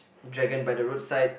dragon by the roadside